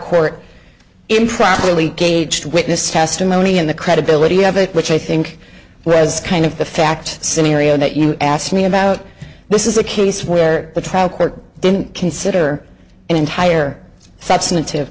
court improperly gauged witness testimony in the credibility of it which i think was kind of the fact scenario that you asked me about this is a case where the trial court didn't consider an entire substantive